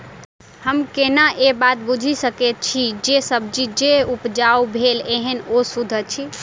हम केना ए बात बुझी सकैत छी जे सब्जी जे उपजाउ भेल एहन ओ सुद्ध अछि?